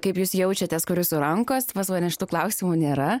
kaip jūs jaučiatės kur jūsų rankos pas mane šitų klausimų nėra